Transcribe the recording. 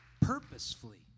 purposefully